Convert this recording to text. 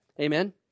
Amen